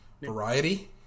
Variety